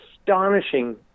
astonishing